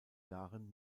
jahren